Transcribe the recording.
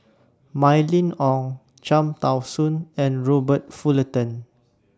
Mylene Ong Cham Tao Soon and Robert Fullerton